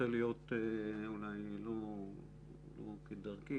לא כדרכי,